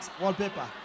wallpaper